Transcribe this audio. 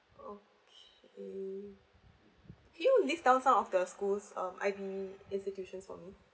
okay can you list down some of the schools uh I_B institutions for me